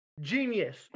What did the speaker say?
genius